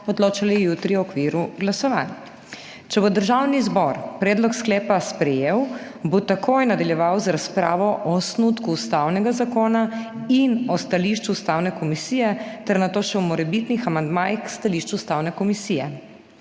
odločali jutri v okviru glasovanj. Če bo Državni zbor predlog sklepa sprejel, bo takoj nadaljeval z razpravo o osnutku ustavnega zakona in o stališču Ustavne komisije ter nato še o morebitnih amandmajih k stališču Ustavne komisije.